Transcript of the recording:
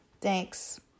thanks